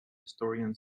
historian